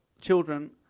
children